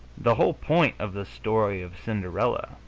the whole point of the story of cinderella,